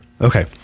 Okay